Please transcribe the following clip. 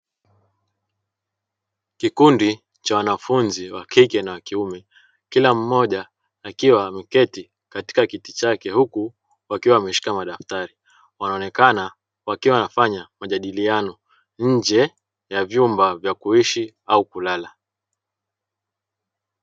Kikundi cha wanafunzi wa kike na kiume kila mmoja akiwa ameketi katika kiti chake huku wakiwa wameshika madaftari wanaonekana wakiwa wanafanya majadiliano nje ya vyumba vya kuishi au kulala.